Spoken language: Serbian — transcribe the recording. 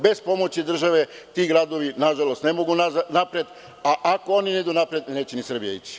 Bez pomoći države ti gradovi, nažalost, ne mogu napred, a ako oni ne idu napred neće ni Srbija ići.